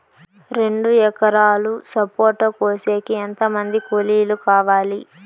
రెండు ఎకరాలు సపోట కోసేకి ఎంత మంది కూలీలు కావాలి?